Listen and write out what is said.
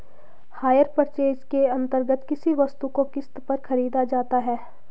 higher purchase के अंतर्गत किसी वस्तु को किस्त पर खरीदा जाता है